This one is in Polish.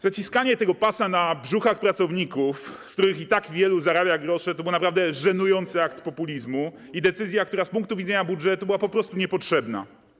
Zaciskanie tego pasa na brzuchach pracowników, z których i tak wielu zarabia grosze, to był naprawdę żenujący akt populizmu i decyzja, która z punktu widzenia budżetu była po prostu niepotrzebna.